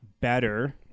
better